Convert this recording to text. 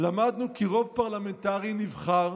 "למדנו כי רוב פרלמנטרי נבחר